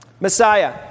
Messiah